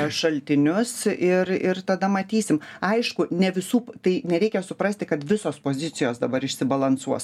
šaltinius ir ir tada matysim aišku ne visų tai nereikia suprasti kad visos pozicijos dabar išsibalansuos